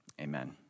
amen